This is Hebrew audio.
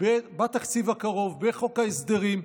בתקציב הקרוב בחוק ההסדרים,